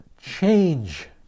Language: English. change